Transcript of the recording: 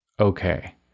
Okay